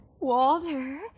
Walter